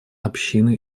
общины